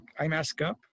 iMaskUp